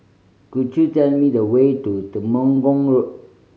could you tell me the way to Temenggong Road